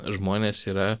žmonės yra